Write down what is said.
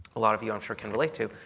a lot of you i'm sure can relate to,